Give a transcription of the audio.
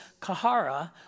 kahara